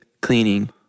cleaning